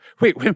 wait